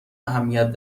اهمیت